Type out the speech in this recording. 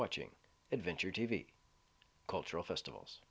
watching adventure t v cultural festivals